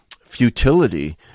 futility